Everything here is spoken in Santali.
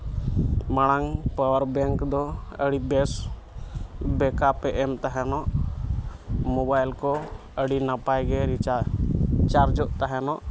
ᱢᱟᱲᱟᱝ ᱯᱟᱣᱟᱨ ᱵᱮᱝᱠ ᱫᱚ ᱟᱹᱰᱤ ᱵᱮᱥ ᱵᱮᱠᱟᱯᱮ ᱮᱢ ᱛᱟᱦᱮᱱᱚᱜ ᱢᱳᱵᱟᱭᱤᱞ ᱠᱚ ᱟᱹᱰᱤ ᱱᱟᱯᱟᱭ ᱪᱟᱨᱡᱚᱜ ᱛᱟᱦᱮᱱᱚᱜ